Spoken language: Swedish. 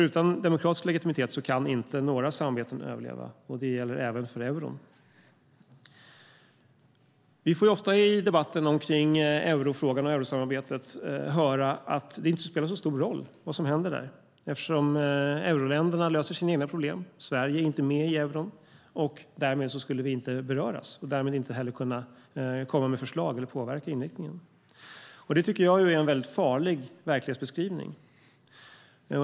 Utan demokratisk legitimitet kan inte några samarbeten överleva. Det gäller även euron. Vi får ofta i debatten om eurofrågan och eurosamarbetet höra att det inte spelar så stor roll vad som händer där eftersom euroländerna löser sina egna problem. Sverige är inte med i euron. Därmed skulle vi inte beröras och inte heller kunna komma med förslag eller påverka inriktningen. Det tycker jag är en farlig verklighetsbeskrivning.